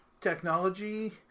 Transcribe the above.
technology